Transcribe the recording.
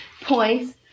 points